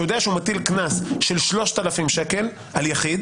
שיודע שהוא מטיל קנס של 3,000 שקלים על יחיד